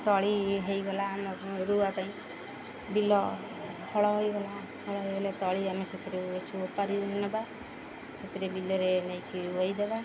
ତଳି ହୋଇଗଲା ଆମ ରୁଆ ପାଇଁ ବିଲ ହଳ ହୋଇଗଲା ହଳ ହୋଇଗଲା ତଳି ଆମେ ସେଥିରୁ ଓପାଡ଼ି ନେବା ସେଥିରେ ବିଲରେ ନେଇକି ରୋଇଦେବା